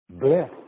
bless